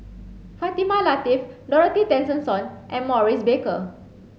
Fatimah Lateef Dorothy Tessensohn and Maurice Baker